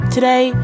Today